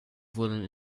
wurden